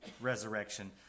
resurrection